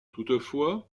toutefois